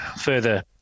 further